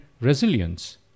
Resilience